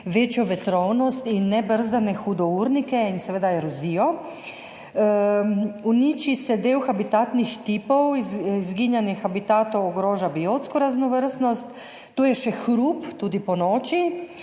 večjo vetrovnost in nebrzdane hudournike in seveda erozijo. Uniči se del habitatnih tipov, izginjanje habitatov ogroža biotsko raznovrstnost, tu je še hrup, tudi ponoči,